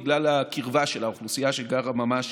בגלל הקרבה של האוכלוסייה שגרה ממש